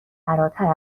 فراتر